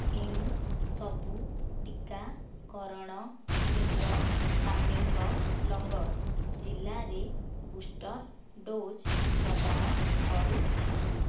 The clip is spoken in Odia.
କେଉଁ ସବୁ ଟିକାକରଣ କେନ୍ଦ୍ର ତାମେଙ୍ଗ୍ଲଙ୍ଗ୍ ଜିଲ୍ଲାରେ ବୁଷ୍ଟର ଡୋଜ୍ ପ୍ରଦାନ କରୁଛନ୍ତି